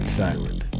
silent